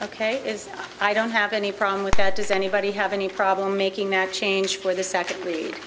ok i don't have any problem with that does anybody have any problem making that change for the second week